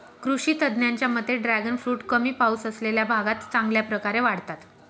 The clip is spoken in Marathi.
कृषी तज्ज्ञांच्या मते ड्रॅगन फ्रूट कमी पाऊस असलेल्या भागात चांगल्या प्रकारे वाढतात